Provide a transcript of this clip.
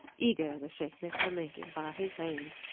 eager to shake mr. lincoln by his hand,